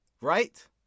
Right